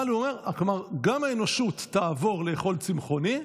אבל, הוא אומר: גם האנושות תעבור לאכול צמחוני,